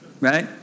Right